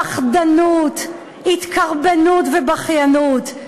פחדנות, התקרבנות ובכיינות.